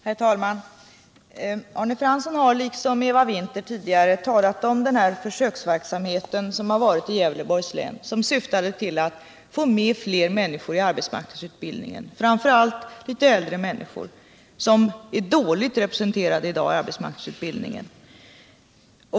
Herr talman! Arne Fransson har nu, liksom tidigare Eva Winther, talat om den försöksverksamhet som pågått i Gävleborgs län och som syftat till att få med fler människor i arbetsmarknadsutbildningen, framför allt då litet äldre människor som i dag är dåligt representerade i den utbildningen.